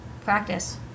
practice